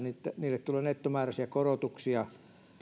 heille tulee nettomääräisiä korotuksia